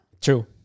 true